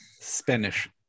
Spanish